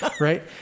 Right